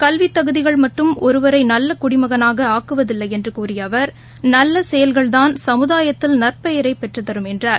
கல்வித்தகுதிகள் மட்டும் ஒருவரை நல்ல குடிமகனாக ஆக்குவதில்லை என்று கூறிய அவர் நல்ல செயல்கள்தான் சமுதாயத்தில் நற்பெயரை பெற்றுத்தரும் என்றார்